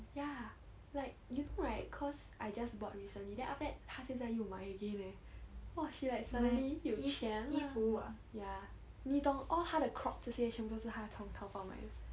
ya like you know right cause I just bought recently then after that 她现在又买 again leh !wah! she like suddenly 有钱啊 ya 你懂 all 她的 crop 这些全部都是她从淘宝买的